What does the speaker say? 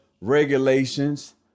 regulations